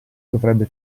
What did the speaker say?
dovrebbe